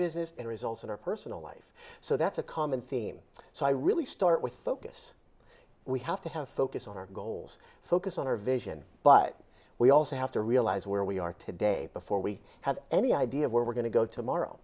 business and results in our personal life so that's a common theme so i really start with focus we have to have focus on our goals focus on our vision but we also have to realize where we are today before we have any idea of where we're going to go tomorrow